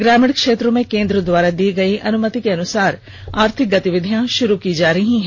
ग्रामीण क्षेत्रों में केंद्र द्वारा दी गयी अनुमति के अनुसार आर्थिक गतिविधियां शुरू की जा रही हैं